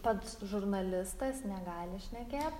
pats žurnalistas negali šnekėt